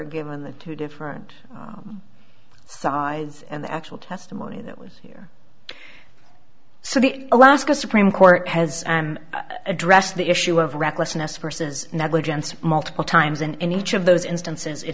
given the two different sides and the actual testimony that was here so the alaska supreme court has addressed the issue of recklessness versus negligence multiple times and in each of those instances it